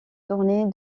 tournée